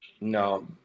No